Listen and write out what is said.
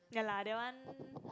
ya lah that one